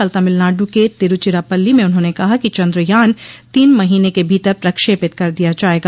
कल तमिलनाडु के तिरुचिरापल्ली में उन्होंने कहा कि चंद्रयान तीन महीने के भीतर प्रक्षेपित कर दिया जाएगा